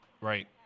Right